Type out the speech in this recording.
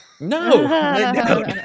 no